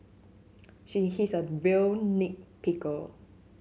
she he is a real nit picker